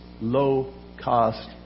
low-cost